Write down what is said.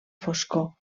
foscor